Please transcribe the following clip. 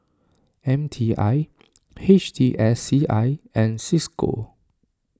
M T I H T S C I and Cisco